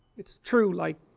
it's true like